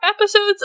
episodes